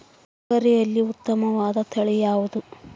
ತೊಗರಿಯಲ್ಲಿ ಉತ್ತಮವಾದ ತಳಿ ಯಾವುದು?